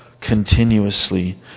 continuously